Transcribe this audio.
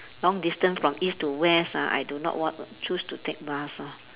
long distance from east to west ah I do not want choose to take bus lah